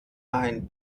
ein